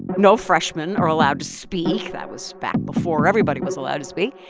no freshmen are allowed to speak. that was back before everybody was allowed to speak.